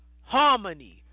harmony